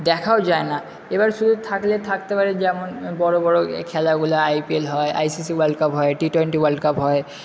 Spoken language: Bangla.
দেখাও যায় না এবার শুধু থাকলে থাকতে পারে যেমন বড়ো বড়ো এই খেলাগুলা আইপিএল হয় আইসিসি ওয়ার্ল্ড কাপ হয় টি টোয়েন্টি ওয়ার্ল্ড কাপ হয়